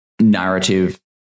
narrative